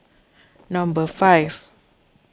number five